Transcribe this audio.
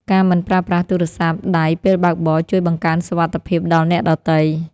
ការមិនប្រើប្រាស់ទូរស័ព្ទដៃពេលបើកបរជួយបង្កើនសុវត្ថិភាពដល់អ្នកដទៃ។